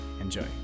Enjoy